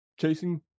chasing